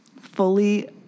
fully